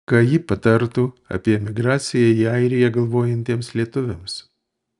ką ji patartų apie emigraciją į airiją galvojantiems lietuviams